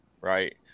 Right